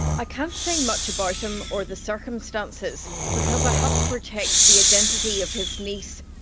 i can't say much about him or the circumstances because i have to protect the identity of his niece.